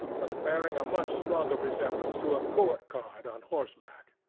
but bearing a much stronger resemblance to a court-card on horseback.